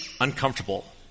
uncomfortable